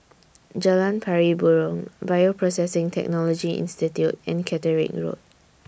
Jalan Pari Burong Bioprocessing Technology Institute and Catterick Road